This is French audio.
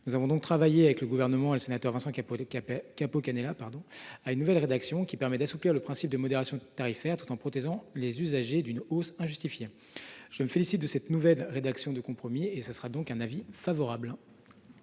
Nous avons travaillé avec le Gouvernement et le sénateur Vincent Capo Canellas à une nouvelle rédaction, qui permet d’assouplir le principe de modération tarifaire, tout en protégeant les usagers d’une hausse injustifiée. Je me félicite de cette nouvelle rédaction de compromis. La commission émet donc un avis favorable